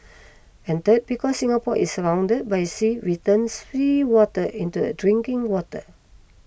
and third because Singapore is surrounded by sea we turn seawater into a drinking water